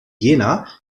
jänner